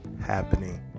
happening